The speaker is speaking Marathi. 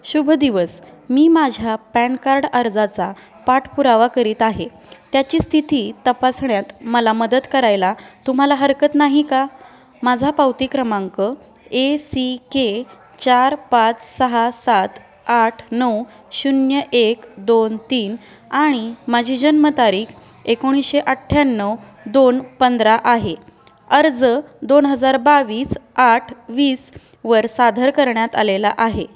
शुभ दिवस मी माझ्या पॅन कार्ड अर्जाचा पाठपुरावा करीत आहे त्याची स्थिती तपासण्यात मला मदत करायला तुम्हाला हरकत नाही का माझा पावती क्रमांक ए सी के चार पाच सहा सात आठ नऊ शून्य एक दोन तीन आणि माझी जन्मतारीख एकोणीसशे अठ्याण्णव दोन पंधरा आहे अर्ज दोन हजार बावीस आठ वीस वर सादर करण्यात आलेला आहे